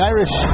Irish